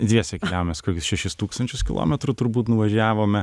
dviese keliavom mes kokius šešis tūkstančius kilometrų turbūt nuvažiavome